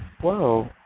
whoa